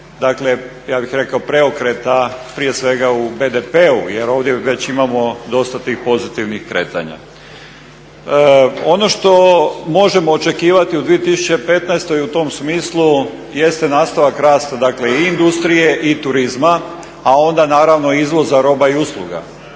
dakle ja bih rekao preokreta prije svega u BDP-u jer ovdje već imamo dosta tih pozitivnih kretanja. Ono što možemo očekivati u 2015. u tom smislu jest nastavak rasta dakle i industrije i turizma a onda naravno izvoza i roba i usluga.